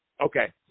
Okay